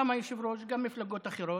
גם היושב-ראש וגם מפלגות אחרות,